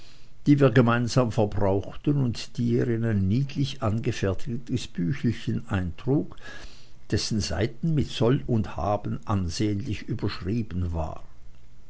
die wir gemeinsam verbrauchten und die er in ein niedlich angefertigtes büchelchen eintrug dessen seiten mit soll und haben ansehnlich überschrieben waren